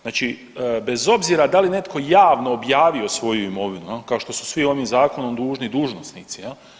Znači bez obzira da li netko javno objavio svoju imovinu kao što su svi ovim zakonom dužni dužnosnici.